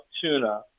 tuna